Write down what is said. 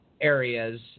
areas